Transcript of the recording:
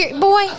Boy